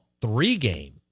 three-game